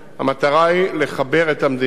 המטרה היא לחבר את המדינה.